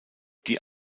die